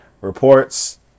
reports